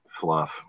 fluff